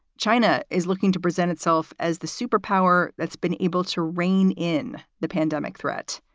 china is looking to present itself as the superpower that's been able to rein in the pandemic threat.